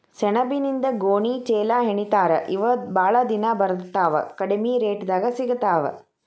ಸೆಣಬಿನಿಂದ ಗೋಣಿ ಚೇಲಾಹೆಣಿತಾರ ಇವ ಬಾಳ ದಿನಾ ಬರತಾವ ಕಡಮಿ ರೇಟದಾಗ ಸಿಗತಾವ